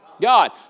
God